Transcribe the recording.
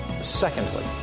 secondly